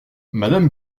madame